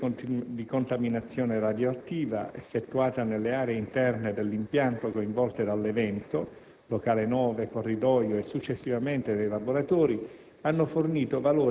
Le misure di contaminazione radioattiva effettuate nelle aree interne dell'impianto coinvolte dall'evento (locale 9 e corridoio) e, successivamente, nei laboratori